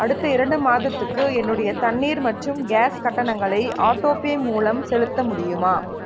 அடுத்த இரண்டு மாதத்துக்கு என்னுடைய தண்ணீர் மற்றும் கேஸ் கட்டணங்களை ஆட்டோபே மூலம் செலுத்த முடியுமா